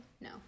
no